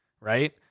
Right